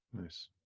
nice